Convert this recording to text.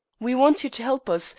we want you to help us,